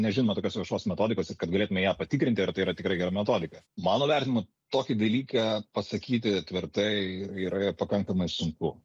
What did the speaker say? nežinome tokios viešos metodikos ir kad galėtume ją patikrinti ar tai yra tikrai gera metodika mano vertinimu tokį dalyką pasakyti tvirtai yra pakankamai sunku